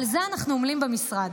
על זה אנחנו עמלים במשרד.